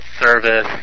service